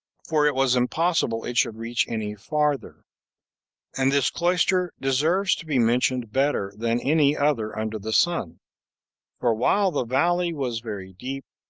for it was impossible it should reach any farther and this cloister deserves to be mentioned better than any other under the sun for while the valley was very deep,